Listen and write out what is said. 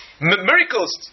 Miracles